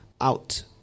out